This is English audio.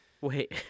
Wait